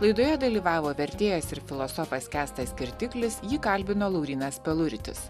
laidoje dalyvavo vertėjas ir filosofas kęstas kirtiklis jį kalbino laurynas peluritis